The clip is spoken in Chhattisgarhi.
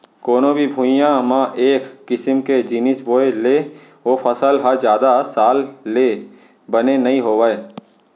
कोनो भी भुइंया म एक किसम के जिनिस बोए ले ओ फसल ह जादा साल ले बने नइ होवय